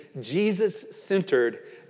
Jesus-centered